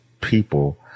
people